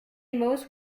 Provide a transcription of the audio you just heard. most